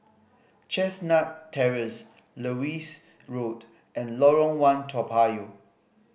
Chestnut Terrace Lewis Road and Lorong One Toa Payoh